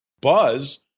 Buzz